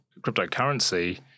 cryptocurrency